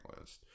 list